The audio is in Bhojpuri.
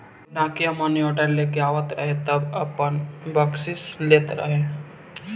जब डाकिया मानीऑर्डर लेके आवत रहे तब आपन बकसीस लेत रहे